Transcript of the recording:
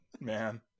man